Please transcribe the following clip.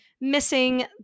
missing